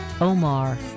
Omar